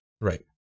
Right